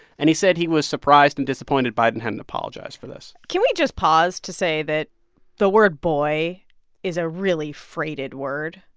and he said he was surprised and disappointed biden hadn't apologized for this can we just pause to say that the word boy is a really freighted word?